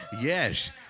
yes